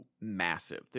massive